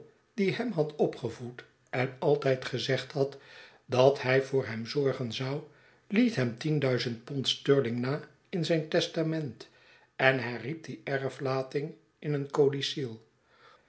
die hem had opgevoed en altijd gezegd had dat hij voor hem zorgen zou liet hem pond sterling na in zijn testament en herriep die erflating in een codicil